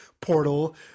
portal